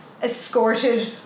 Escorted